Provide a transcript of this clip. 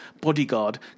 bodyguard